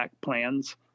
plans